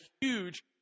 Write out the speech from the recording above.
huge